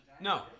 No